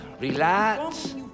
Relax